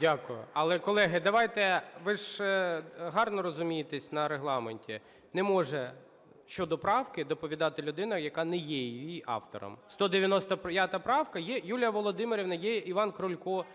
Дякую. Але, колеги, давайте… Ви ж гарно розумієтесь на Регламенті. Не може щодо правки доповідати людина, яка не є її автором. 195 правка, є Юлія Володимирівна, є Іван Крулько. (Шум у залі)